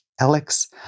Alex